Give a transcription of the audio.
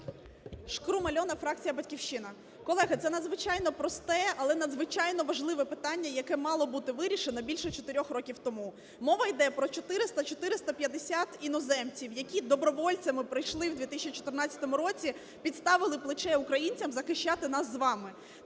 Шкрум Альона, фракція "Батьківщина". Колеги, це надзвичайно просте, але надзвичайно важливе питання, яке мало бути вирішене більше 4 років тому. Мова йде про 400-450 іноземців, які добровольцями прийшли в 2014 році, підставили плече українцям захищати нас з вами.